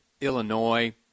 Illinois